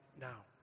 now